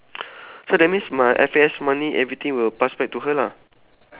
so that means my F_A_S money everything will pass back to her lah